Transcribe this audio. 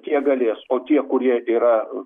tie galės o tie kurie yra